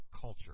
culture